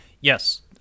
Yes